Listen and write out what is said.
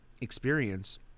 experience